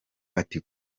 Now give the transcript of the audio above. ati